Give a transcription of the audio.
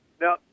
Now